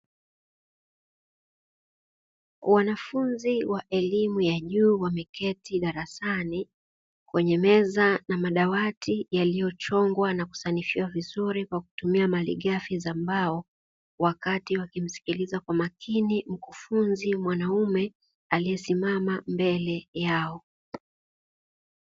Wanafunzi wa elimu ya juu wameketi darasani, kwenye meza na madawati yaliyochongwa na kusanifiwa vizuri kwa kutumia malighafi za mbao, wakati wakimsikiliza kwa makini mkufunzi mwanaume aliyesimama mbele yao.